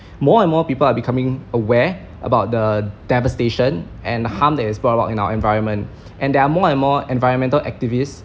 more and more people are becoming aware about the devastation and harm that is brought about in our environment and there are more and more environmental activist